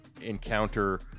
encounter